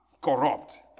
corrupt